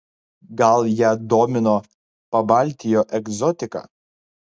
gal ją domino pabaltijo egzotika